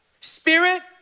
Spirit